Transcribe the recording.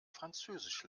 französisch